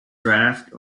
draught